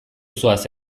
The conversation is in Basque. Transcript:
zoaz